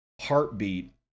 heartbeat